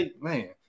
Man